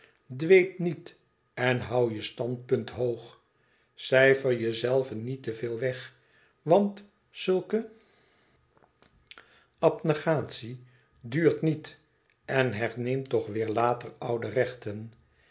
dweep niet en hoû je standpunt hoog cijfer jezelven niet te veel weg want zulke abnegatie duurt niet en herneemt toeh weêr later oude rechten